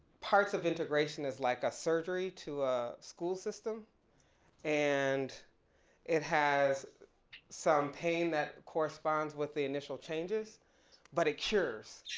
parts of integration as like a surgery to a school system and it has some pain that corresponds with the initial changes but it cures.